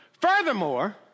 Furthermore